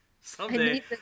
someday